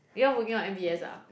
you all booking what m_b_s ah